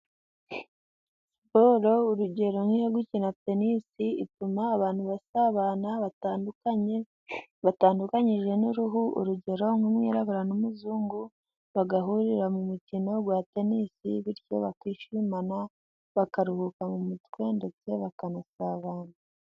Siporo, urugero nk' iyo gukina tenisi, ituma abantu basabana batandukanye, batandukanyije n'uruhu, urugero nk'umwirabura n'umuzungu bagahurira mu mukino wa tenisi, bityo bakishimana, bakaruhuka mu mutwe ndetse bakanasabana.